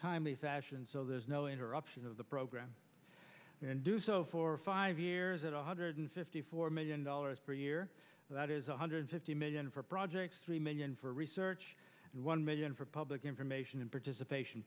timely fashion so there's no interruption of the program and do so for five years at one hundred fifty four million dollars per year that is one hundred fifty million for projects three million for research and one million for public information and participation